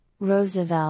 Roosevelt